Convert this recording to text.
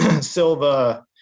Silva